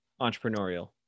entrepreneurial